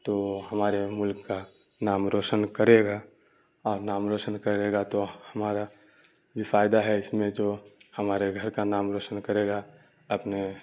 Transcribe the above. تو ہمارے ملک کا نام روشن کرے گا اور نام روشن کرے گا تو ہمارا بھی فائدہ ہے اس میں جو ہمارے گھر کا نام روشن کرے گا اپنے